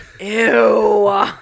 Ew